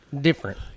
different